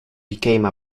became